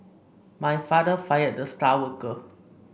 my father fired the star worker